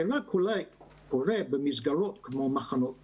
זה קורה אולי במסגרות כמו מחנות קיץ,